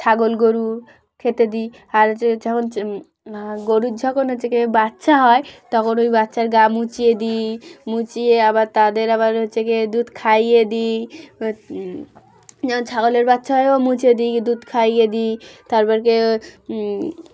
ছাগল গরু খেতে দিই আর হচ্ছে যখন গরুর যখন হচ্ছে কি বাচ্চা হয় তখন ওই বাচ্চার গা মুছিয়ে দিই মুছিয়ে আবার তাদের আবার হচ্ছে গিয়ে দুধ খাইয়ে দিই যেমন ছাগলের বাচ্চা হয়ও মুছিয়ে দিই দুধ খাইয়ে দিই তারপর গিয়ে